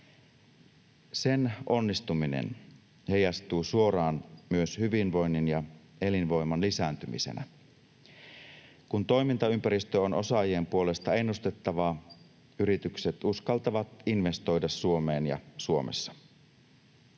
Sen onnistuminen heijastuu suoraan myös hyvinvoinnin ja elinvoiman lisääntymisenä. Kun toimintaympäristö on osaajien puolelta ennustettavaa, yritykset uskaltavat investoida Suomeen ja Suomessa.